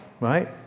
Right